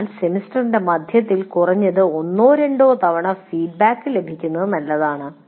അതിനാൽ സെമസ്റ്ററിന്റെ മധ്യത്തിൽ കുറഞ്ഞത് ഒന്നോ രണ്ടോ തവണ ഫീഡ്ബാക്ക് ലഭിക്കുന്നത് നല്ലതാണ്